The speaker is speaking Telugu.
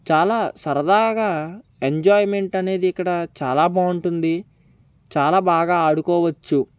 చాలా సరదాగా ఎంజాయిమెంట్ అనేది ఇక్కడ చాలా బాగుంటుంది చాలా బాగా ఆడుకోవచ్చు